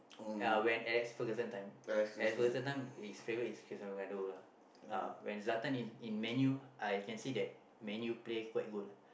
yeah when Alex-Fugerson time Alex-Fugerson time his favourite is Cristiano-Ronaldo lah uh when Zlatan in in Man-U I can see that Man-U play quite good ah